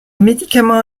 médicament